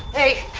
a